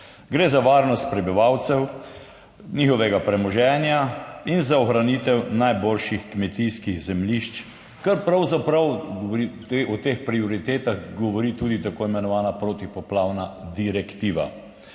Gre za varnost prebivalcev, njihovega premoženja in za ohranitev najboljših kmetijskih zemljišč, kar pravzaprav o teh prioritetah govori tudi tako imenovana protipoplavna direktiva.